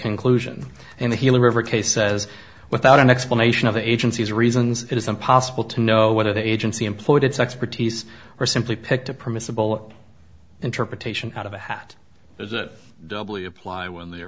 conclusion in the healer every case says without an explanation of the agency's reasons it is impossible to know whether the agency employed its expertise or simply picked a permissible interpretation out of a hat does it doubly apply when the